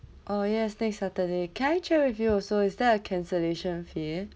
oh yes next saturday can I check with you also is there a cancellation fee